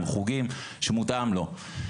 עם חוגים שמותאם לו.